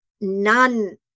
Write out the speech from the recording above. none